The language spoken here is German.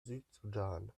südsudan